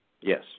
Yes